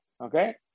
okay